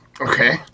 Okay